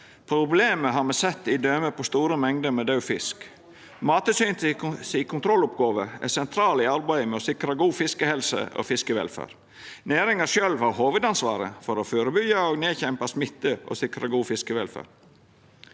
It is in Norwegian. Problemet har me sett i form av døme på store mengder med daud fisk. Mattilsynets kontrolloppgåve er sentral i arbeidet med å sikra god fiskehelse og fiskevelferd. Næringa sjølv har hovudansvaret for å førebyggja og nedkjempa smitte og sikra god fiskevelferd.